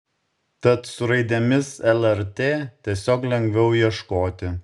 tad su raidėmis lrt tiesiog lengviau ieškoti